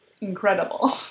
incredible